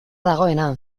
dagoena